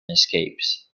escapes